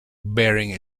baring